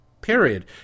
Period